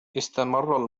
استمر